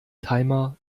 timer